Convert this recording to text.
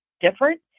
different